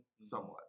somewhat